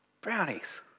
brownies